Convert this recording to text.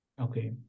okay